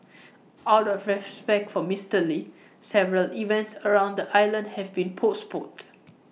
out of respect for Mister lee several events around the island have been postponed